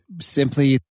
simply